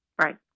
right